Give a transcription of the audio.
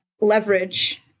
leverage